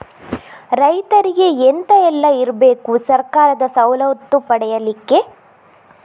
ರೈತರಿಗೆ ಎಂತ ಎಲ್ಲ ಇರ್ಬೇಕು ಸರ್ಕಾರದ ಸವಲತ್ತು ಪಡೆಯಲಿಕ್ಕೆ?